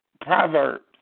Proverbs